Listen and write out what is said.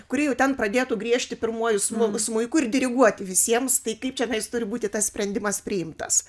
kuri jau ten pradėtų griežti pirmuoju smu smuiku ar diriguoti visiems tai kaip čionais turi būti tas sprendimas priimtas